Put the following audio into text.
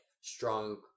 strong